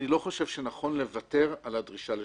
אני לא חושב שנכון לוותר על הדרישה לשלושה.